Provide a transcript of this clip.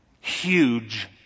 huge